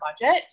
budget